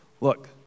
Look